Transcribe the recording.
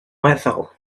weddol